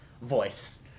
voice